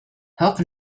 health